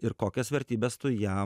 ir kokias vertybes tu jam